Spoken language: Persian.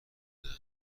بودن